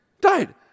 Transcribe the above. died